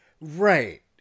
Right